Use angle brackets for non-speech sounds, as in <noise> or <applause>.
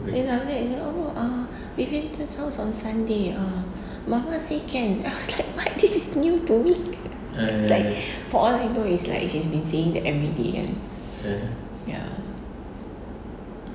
ya lah okay uh vivan tour house on sunday mama say can I was like what this is new to me <laughs> and like <breath> for all I know is like she's been saying that everyday <breath> ya